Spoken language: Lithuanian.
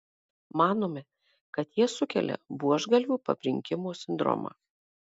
manome kad jie sukelia buožgalvių pabrinkimo sindromą